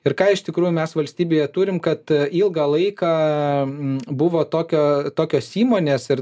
ir ką iš tikrųjų mes valstybėje turim kad ilgą laiką buvo tokio tokios įmonės ir